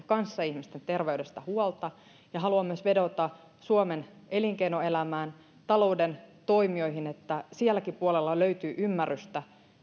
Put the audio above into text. ja kanssaihmisten terveydestä huolta haluan myös vedota suomen elinkeinoelämään talouden toimijoihin että silläkin puolella löytyy ymmärrystä sille